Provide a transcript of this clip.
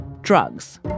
drugs